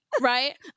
right